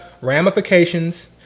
ramifications